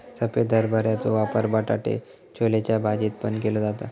सफेद हरभऱ्याचो वापर बटाटो छोलेच्या भाजीत पण केलो जाता